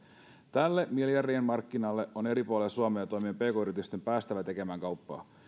tälle miljardien markkinalle on eri puolilla suomea toimivien pk yritysten päästävä tekemään kauppaa